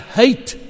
hate